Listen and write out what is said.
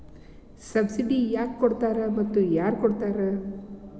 Subsidy ಯಾಕೆ ಕೊಡ್ತಾರ ಮತ್ತು ಯಾರ್ ಕೊಡ್ತಾರ್?